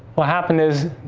what happened is